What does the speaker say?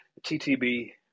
TTB